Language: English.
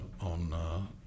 on